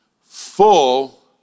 full